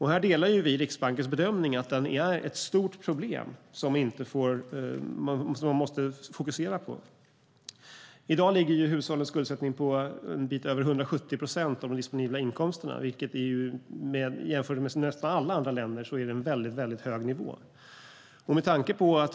Här delar vi Riksbankens bedömning att den är ett stort problem som vi måste fokusera på. I dag ligger hushållens skuldsättning på en bit över 170 procent av de disponibla inkomsterna, vilket i jämförelse med nästan alla andra länder är en mycket hög nivå.